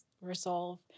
resolve